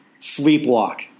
Sleepwalk